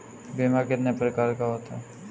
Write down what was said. बीमा कितने प्रकार का होता है?